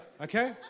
okay